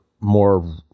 more